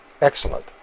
excellent